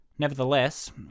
Nevertheless